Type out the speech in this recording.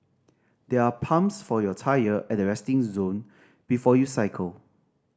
there are pumps for your tyre at the resting zone before you cycle